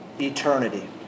eternity